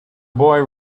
boy